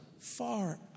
far